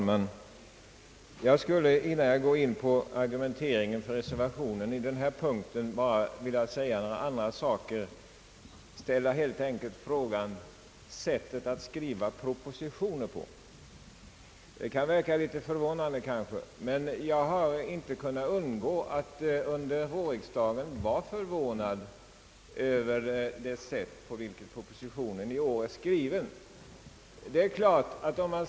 Herr talman! Innan jag går in på argumenteringen för reservationen vid denna punkt skulle jag vilja ta upp frågan om det sätt på vilket propositioner numera skrivs. Det kan måhända förefalla litet förvånande, men jag har inte kunnat undgå att under vårriksdagen vara förvånad över det sätt på vilket propositionen i år rörande jordbruksdepartementets verksamhetsområde är skriven.